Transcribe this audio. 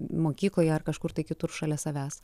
mokykloje ar kažkur tai kitur šalia savęs